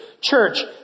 Church